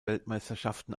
weltmeisterschaften